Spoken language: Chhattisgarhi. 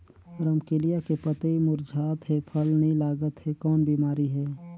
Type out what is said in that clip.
रमकलिया के पतई मुरझात हे फल नी लागत हे कौन बिमारी हे?